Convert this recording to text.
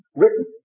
written